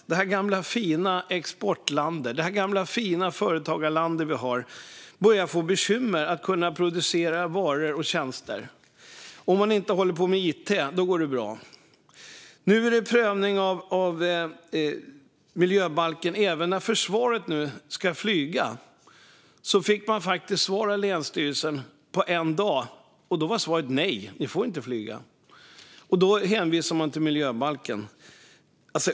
Vårt gamla fina export och företagarland börjar få bekymmer med att producera varor och tjänster - om man inte håller på med it. Då går det bra. Nu är det prövning enligt miljöbalken även när försvaret ska flyga. De fick svar av länsstyrelsen på en dag, och då var svaret nej. De fick inte flyga med hänvisning till miljöbalken.